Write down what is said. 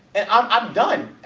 and i'm done.